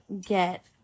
get